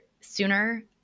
sooner